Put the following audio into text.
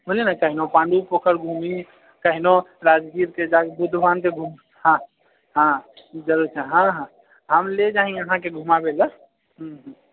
बुझलिऐ ने कहिनो पाण्डू पोखरि घुमी कहिनो राजगीरके जाकऽ बुद्ध भगवानके घूम हँ हँ जल छै हऽ हऽ हम ले जाइ अहाँकेँ घुमाबै लऽ हूँ हूँ